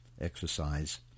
exercise